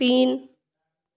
तीन